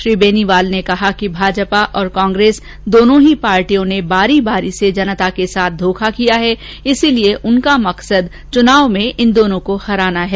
उन्होंने कहा कि भाजपा और कांग्रेस दोनों ही पार्टियों ने बारी बारी से जनता के साथ धोखा किया है इसलिए उनका मकसद चुनाव में इन दोनों को हराना है